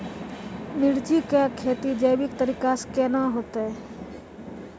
मिर्ची की खेती जैविक तरीका से के ना होते?